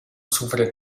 sufre